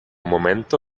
momento